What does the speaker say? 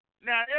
Now